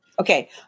Okay